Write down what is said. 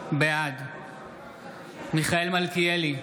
בעד מיכאל מלכיאלי,